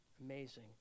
Amazing